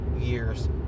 years